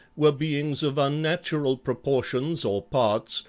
were beings of unnatural proportions or parts,